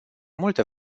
multă